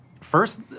first